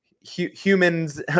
humans